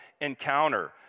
encounter